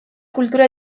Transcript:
kultura